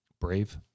Brave